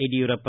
Yediyurappa